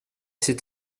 c’est